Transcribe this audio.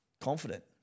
confident